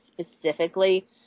specifically